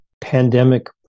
pandemic